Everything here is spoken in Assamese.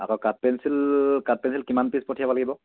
আকৌ কাঠ পেঞ্চিল কাঠ পেঞ্চিল কিমান পিচ পঠিয়াব লাগিব